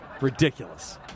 Ridiculous